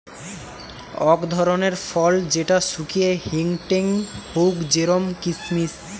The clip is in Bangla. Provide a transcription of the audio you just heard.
অক ধরণের ফল যেটা শুকিয়ে হেংটেং হউক জেরোম কিসমিস